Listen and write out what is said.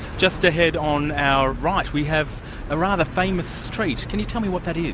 just ahead on our right we have a rather famous street. can you tell me what that is?